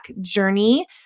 journey